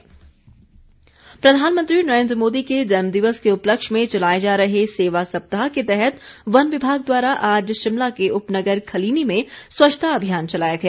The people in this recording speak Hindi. स्वच्छता अभियान प्रधानमंत्री नरेन्द्र मोदी के जन्मदिवस के उपलक्ष्य में चलाए जा रहे सेवा सप्ताह के तहत वन विभाग द्वारा आज शिमला के उपनगर खलीनी में स्वच्छता अभियान चलाया गया